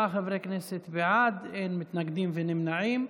34 חברי כנסת בעד, אין מתנגדים ואין נמנעים.